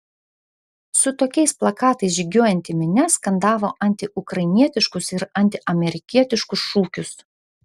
su tokiais plakatais žygiuojanti minia skandavo antiukrainietiškus ir antiamerikietiškus šūkius